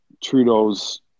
trudeau's